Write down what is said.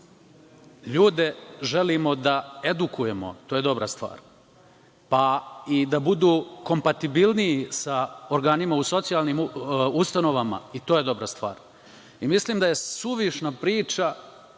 ljude želimo da edukujemo, to je dobra stvar, pa i da budu kompatibilniji sa organima u socijalnim ustanovama i to je dobra stvar. Mislim da je suvišna priča